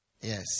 Yes